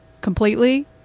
completely